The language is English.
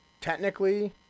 technically